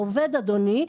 העובד אדוני,